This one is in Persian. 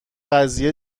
قضیه